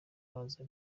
baza